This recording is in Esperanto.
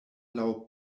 laŭ